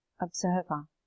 observer